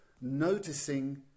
noticing